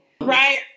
Right